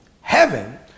heaven